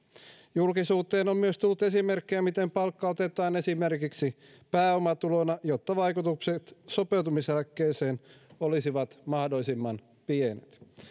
julkisuuteen on on myös tullut esimerkkejä miten palkka otetaan esimerkiksi pääomatulona jotta vaikutukset sopeutumiseläkkeeseen olisivat mahdollisimman pienet